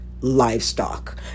livestock